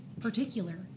particular